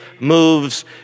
moves